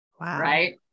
Right